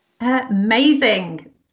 amazing